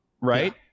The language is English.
right